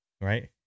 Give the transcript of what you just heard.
right